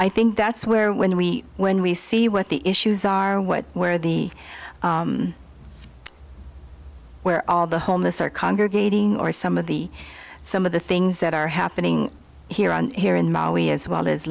i think that's where when we when we see what the issues are what where the where all the homeless are congregating or some of the some of the things that are happening here on here in maui as well as